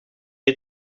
had